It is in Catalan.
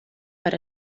per